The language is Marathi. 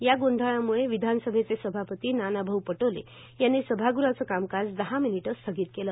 या गोंधळाम्ळे विधानसभेचे सभापती नानाभाऊ पटोले यांनी सभागृहाचं कामकाज दहा मिनिटं स्थगित केले